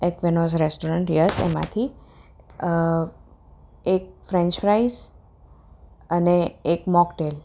Aquinos restaurant yes એમાંથી એક French fries અને એક મોકટેલ